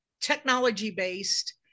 technology-based